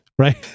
Right